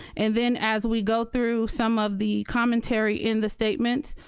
and then as we go through some of the commentary in the statements,